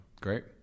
Great